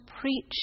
preach